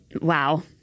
Wow